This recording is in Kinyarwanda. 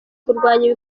kurwanya